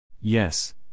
Yes